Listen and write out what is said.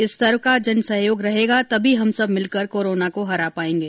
इस स्तर का जन सहयोग रहेगा तभी हम सब मिलकर कोरोना को हरा पायेंगे